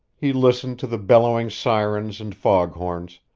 he listened to the bellowing sirens and foghorns,